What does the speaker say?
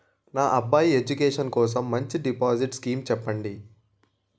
నా అబ్బాయి ఎడ్యుకేషన్ కోసం మంచి డిపాజిట్ స్కీం చెప్పండి